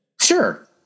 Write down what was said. Sure